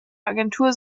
agentur